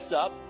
up